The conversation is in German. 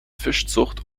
fischzucht